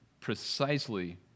precisely